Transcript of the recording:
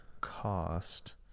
cost